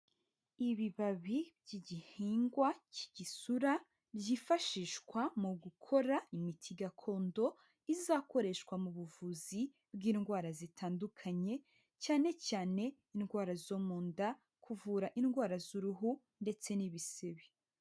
Ibibabi by'igihingwa k'igisura byifashishwa mu gukora imiti gakondo, izakoreshwa mu buvuzi bw'indwara zitandukanye cyane cyane indwara zo mu nda, kuvura indwara z'uruhu ndetse n'ibisebe.